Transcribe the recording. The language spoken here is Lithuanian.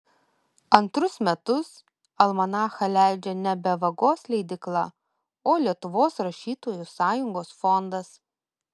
antrus metus almanachą leidžia nebe vagos leidykla o lietuvos rašytojų sąjungos fondas